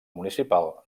municipal